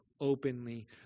openly